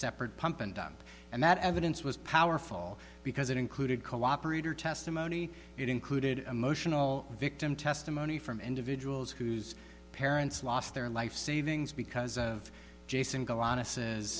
separate pump and dump and that evidence was powerful because it included cooperator testimony it included emotional victim testimony from individuals whose parents lost their life savings because of jason g